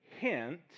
hint